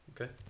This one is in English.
Okay